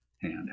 hand